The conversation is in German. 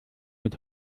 mit